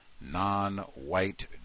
non-white